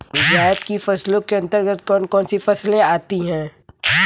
जायद की फसलों के अंतर्गत कौन कौन सी फसलें आती हैं?